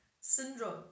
syndrome